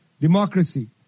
democracy